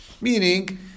Meaning